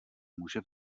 muže